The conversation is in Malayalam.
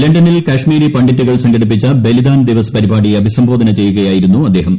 ലണ്ടനിൽ കശ്മീരി പണ്ഡിറ്റുകൾ സംഘടിപ്പിച്ച ബലിദാൻ ദിവസ് പരിപാടിയെ അഭിസംബോധന ചെയ്യുകയായിരുന്നു അദ്ദേഹം